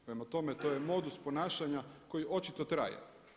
Prema tome, to je modus ponašanja koji očito traje.